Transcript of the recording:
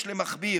יש למכביר,